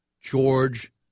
George